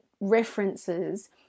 references